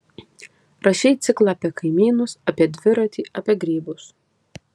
rašei ciklą apie kaimynus apie dviratį apie grybus